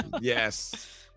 yes